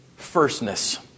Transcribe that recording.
firstness